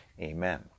Amen